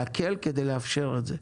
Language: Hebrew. להקל כדי לאפשר את זה.